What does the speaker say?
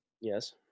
Yes